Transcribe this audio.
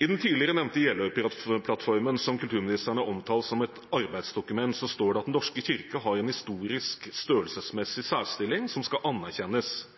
I den tidligere nevnte Jeløya-plattformen, som kulturministeren har omtalt som et arbeidsdokument, står det: «Den norske kirke har en historisk og størrelsesmessig særstilling, som anerkjennes